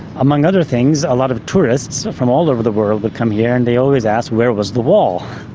among other things, a lot of tourists from all over the world would come here and they always ask, where was the wall?